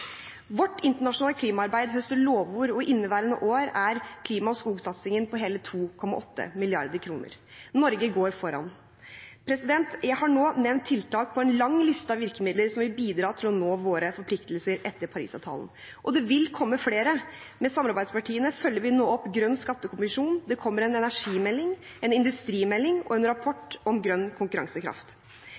Vårt internasjonale klimaarbeid høster lovord, og inneværende år er klima- og skogsatsingen på hele 2,8 mrd. kr. Norge går foran. Jeg har nå nevnt tiltak på en lang liste av virkemidler som vil bidra til å nå våre forpliktelser etter Paris-avtalen. Og det vil komme flere. Med samarbeidspartiene følger vi nå opp Grønn skattekommisjon, det kommer en energimelding, en industrimelding og en rapport om grønn konkurransekraft.